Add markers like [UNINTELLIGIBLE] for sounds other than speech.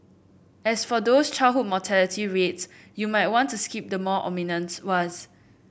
as for those childhood [UNINTELLIGIBLE] reads you might want to skip the more ominous ones